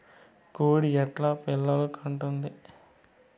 కోడి ఎట్లా పిల్లలు కంటుంది?